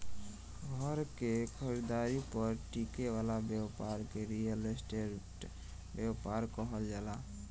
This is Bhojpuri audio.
घर के खरीदारी पर टिके वाला ब्यपार के रियल स्टेट ब्यपार कहल जाला